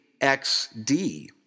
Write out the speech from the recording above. XD